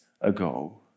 ago